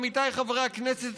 עמיתיי חברי הכנסת,